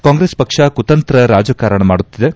ಕಾಂಗ್ರೆಸ್ ಪಕ್ಷ ಕುತಂತ್ರ ರಾಜಕಾರಣ ಮಾಡುತ್ತಿವೆ